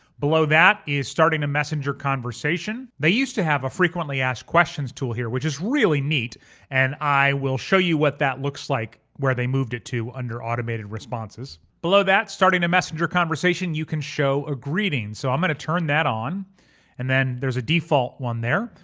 below that is starting a messenger conversation. they used to have a frequently asked questions tool here, which is really neat and i will show you what that looks like where they moved it to under automated responses. below that starting a messenger conversation, you can show a greeting, so i'm gonna turn that on and then there's a default one there.